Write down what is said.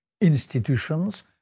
institutions